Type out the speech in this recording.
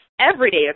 everyday